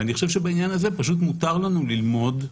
בעניין הזה מותר לנו ללמוד,